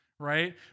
right